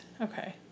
Okay